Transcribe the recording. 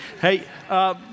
Hey